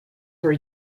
for